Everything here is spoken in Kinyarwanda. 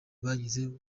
bagize